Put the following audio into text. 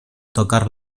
tocar